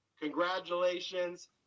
Congratulations